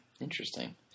Interesting